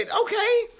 okay